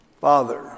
father